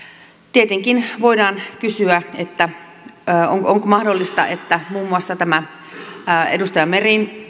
tietenkin voidaan kysyä onko mahdollista että muun muassa edustaja meren